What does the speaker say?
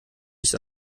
nicht